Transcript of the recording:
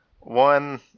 One